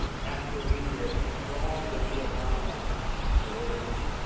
after he had gone to vietnam, on johnson's orders,